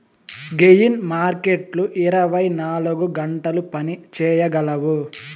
gain మార్కెట్లు ఇరవై నాలుగు గంటలు పని చేయగలవు